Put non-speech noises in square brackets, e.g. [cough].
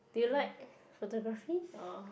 do you like [breath] photography or